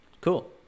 Cool